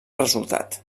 resultat